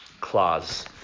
claws